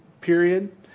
period